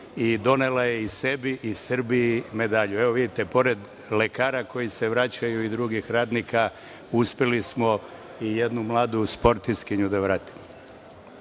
i donela je i sebi i Srbiji medalju. Evo, vidite, pored lekara koji se vraćaju i drugih radnika, uspeli smo i jednu mladu sportistkinju da vratimo. Tokom